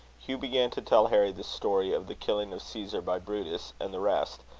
hugh began to tell harry the story of the killing of caesar by brutus and the rest,